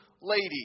lady